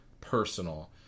personal